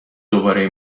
دوباره